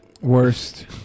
Worst